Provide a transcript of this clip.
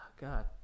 God